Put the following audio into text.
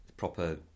proper